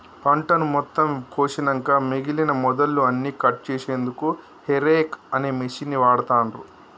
పంటను మొత్తం కోషినంక మిగినన మొదళ్ళు అన్నికట్ చేశెన్దుకు హేరేక్ అనే మిషిన్ని వాడుతాన్రు